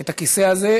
את הכיסא הזה.